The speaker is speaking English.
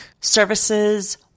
services